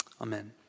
Amen